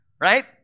right